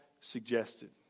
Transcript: suggested